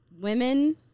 women